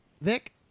Vic